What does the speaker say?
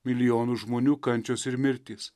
milijonų žmonių kančios ir mirtys